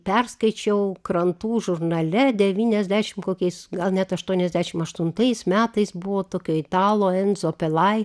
perskaičiau krantų žurnale devyniasdešim kokiais gal net aštuoniasdešim aštuntais metais buvo tokio italo enzo pelai